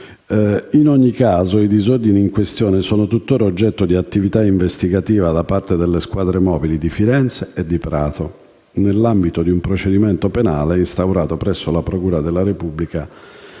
In ogni caso, i disordini in questione sono tuttora oggetto di attività investigativa da parte delle squadre mobili di Firenze e Prato, nell'ambito di un procedimento penale instaurato presso la procura della Repubblica